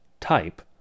type